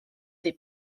des